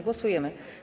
Głosujemy.